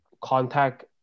contact